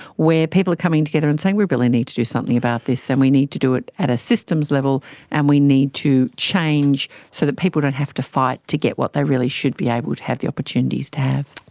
where people are coming together and saying we really need to do something about this and we need to do it at a systems level and we need to change so that people don't have to fight to get what they really should be able to to have the opportunities to have.